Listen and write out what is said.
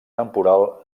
temporal